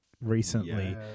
recently